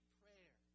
prayer